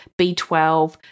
B12